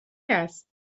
است